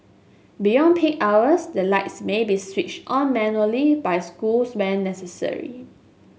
beyond peak hours the lights may be switched on manually by schools when necessary